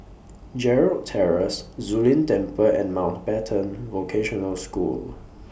Gerald Terrace Zu Lin Temple and Mountbatten Vocational School